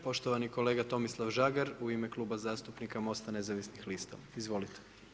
Poštovani kolega Tomislav Žagar u ime Kluba zastupnika Mosta nezavisnih lista, izvolite.